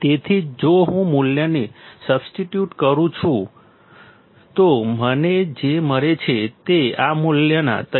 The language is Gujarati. તેથી જો હું મૂલ્યને સબસ્ટિટ્યૂટ કરું છું તો મને જે મળે છે તે આ મૂલ્યના 3